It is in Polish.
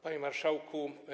Panie Marszałku!